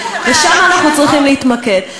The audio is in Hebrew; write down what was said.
ושם אנחנו צריכים להתמקד.